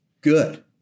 good